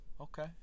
Okay